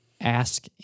ask